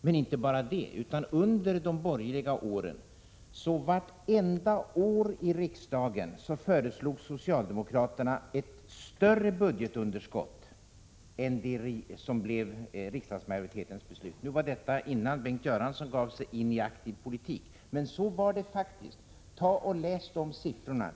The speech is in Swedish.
Men därtill kommer att under de borgerliga åren föreslog socialdemokraterna varje år i riksdagen ett större budgetunderskott än det som blev riksdagsmajoritetens beslut. Detta var innan Bengt Göransson gav sig in i aktiv politik, men det är ett faktum. Studera de siffrorna!